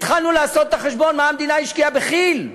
התחלנו לעשות את החשבון מה המדינה השקיעה בכי"ל.